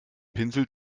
pinsel